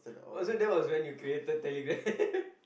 or so that was when you created Telegram